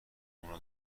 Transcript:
اونو